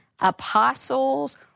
apostles